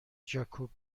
جاکوب